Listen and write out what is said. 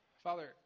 Father